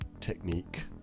technique